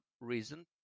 reason